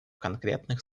конкретных